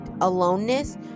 aloneness